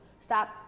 Stop